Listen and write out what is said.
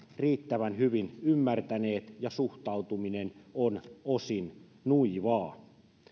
riittävän hyvin ymmärtäneet ja suhtautuminen on osin nuivaa